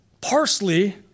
parsley